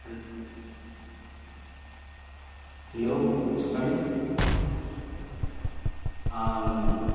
hello hello చెప్పండి అవునువును